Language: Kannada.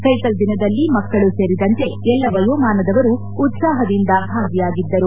ಸ್ನೆಕಲ್ ದಿನದಲ್ಲಿ ಮಕ್ಕಳು ಸೇರಿದಂತೆ ಎಲ್ಲಾ ವಯೋಮಾನದವರು ಉತ್ವಾಹದಿಂದ ಭಾಗಿಯಾಗಿದ್ದರು